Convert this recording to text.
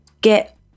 get